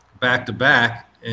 back-to-back